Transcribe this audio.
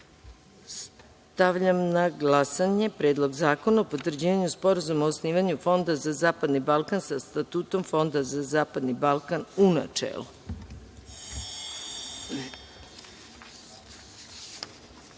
zakona. Stavljam na glasanje Predlog zakona o potvrđivanju Sporazuma o osnivanju Fonda za zapadni Balkan sa Statutom Fonda za zapadni Balkan, u